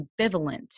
ambivalent